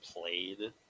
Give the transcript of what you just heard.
played